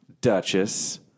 Duchess